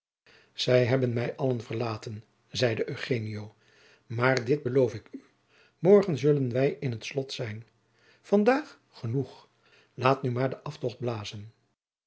zij hebben mij allen verlaten maar dit beloof ik u morgen zullen wij in het slot zijn vandaag genoeg laat nu maar den